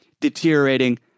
deteriorating